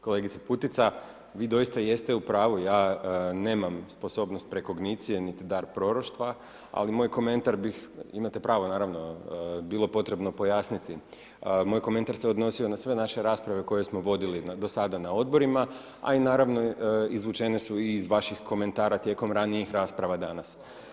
Kolegice Putica, vi doista jeste u pravu, ja nemam sposobnost prekognicije niti dar proroštva ali moj komentar bih, imate pravo naravno, bilo bi potrebno pojasniti, moj komentar se odnosio na sve naše rasprave koje smo vodili do sada na odborima a i naravno izvučene iz vaših komentara tijekom ranijih rasprava danas.